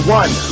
one